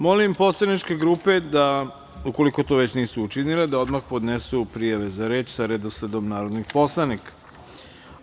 Molim poslaničke grupe da ukoliko to već nisu učinile da odmah podnesu prijave za reč sa redosledom narodnih poslanika.